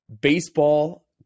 baseball